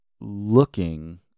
looking